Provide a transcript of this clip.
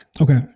Okay